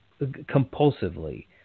compulsively